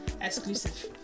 Exclusive